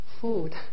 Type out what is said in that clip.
food